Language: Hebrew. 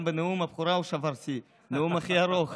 גם בנאום הבכורה הוא שבר שיא, הנאום הכי ארוך